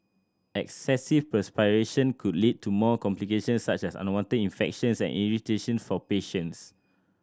excessive perspiration could lead to more complications such as unwanted infections and irritation for patients